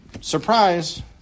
Surprise